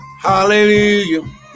Hallelujah